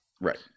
Right